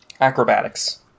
acrobatics